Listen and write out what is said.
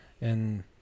and-